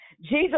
Jesus